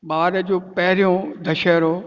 ॿार जो पहरियों दशहरो